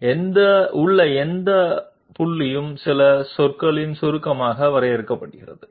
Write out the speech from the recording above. It can be x it can be y it can be z if it is x we will find out the coordinate value for particular point